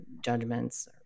judgments